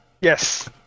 Yes